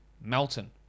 Melton